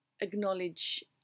acknowledge